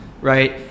right